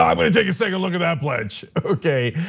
i want to take a second look at that pledge, okay,